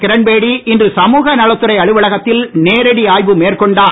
கிரண்பேடி இன்று சமுகநலத்துறை அலுவலகத்தில் நேரடி ஆய்வு மேற்கொண்டார்